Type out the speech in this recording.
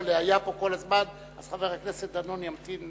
כצל'ה היה פה כל הזמן, אז חבר הכנסת דנון ימתין,